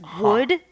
wood